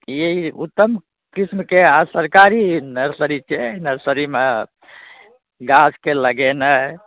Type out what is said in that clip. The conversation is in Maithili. ई उत्तम किसिमके आओर सरकारी नर्सरी छै एहि नर्सरीमे गाछके लगेनाइ